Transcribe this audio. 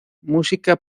música